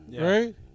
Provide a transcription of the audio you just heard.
Right